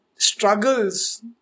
struggles